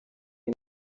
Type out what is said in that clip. iyi